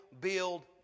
build